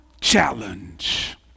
challenge